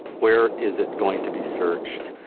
where is it going to be searched,